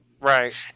right